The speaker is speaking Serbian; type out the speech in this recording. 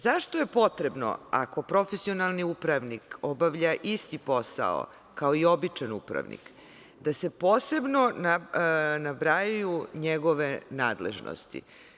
Zašto je potrebno, ako profesionalni upravnik obavlja isti posao kao i običan upravnik, da se posebno nabrajaju njegove nadležnosti?